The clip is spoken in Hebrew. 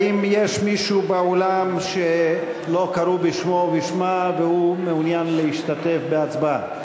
האם יש מישהו באולם שלא קראו בשמו או בשמה והוא מעוניין להשתתף בהצבעה?